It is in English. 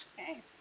Okay